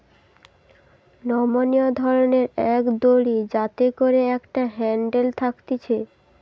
নমনীয় ধরণের এক দড়ি যাতে করে একটা হ্যান্ডেল থাকতিছে